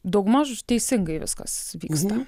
daugmaž teisingai viskas vyksta